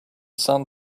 sun